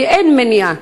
כי אין מניעה.